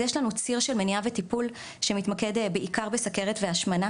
יש לנו ציר של מניעה וטיפול שמתמקד בעיקר בסוכרת והשמנה